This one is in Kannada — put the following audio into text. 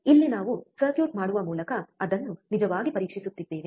ಇಲ್ಲಿ ನಾವು ಸರ್ಕ್ಯೂಟ್ ಮಾಡುವ ಮೂಲಕ ಅದನ್ನು ನಿಜವಾಗಿ ಪರೀಕ್ಷಿಸುತ್ತಿದ್ದೇವೆ